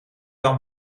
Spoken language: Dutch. dan